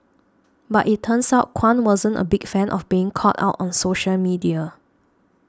but it turns out Kwan wasn't a big fan of being called out on social media